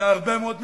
להרבה מאוד משפחות.